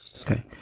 Okay